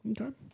okay